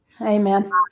Amen